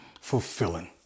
fulfilling